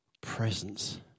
presence